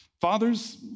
fathers